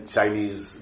Chinese